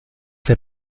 ces